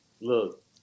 Look